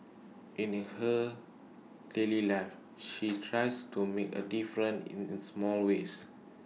her daily life she tries to make A difference in small ways